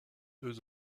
eux